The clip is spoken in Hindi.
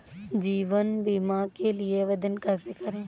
जीवन बीमा के लिए आवेदन कैसे करें?